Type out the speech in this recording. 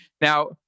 Now